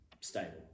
stable